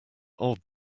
odd